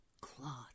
cloth